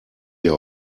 wir